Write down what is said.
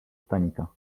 stanika